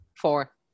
Four